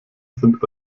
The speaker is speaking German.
sind